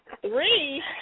Three